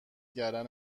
گردن